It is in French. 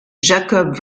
jacob